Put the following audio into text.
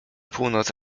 północ